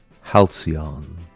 Halcyon